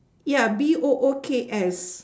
ya B O O K S